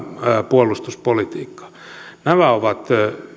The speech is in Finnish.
puolustuspolitiikkaan nämä ovat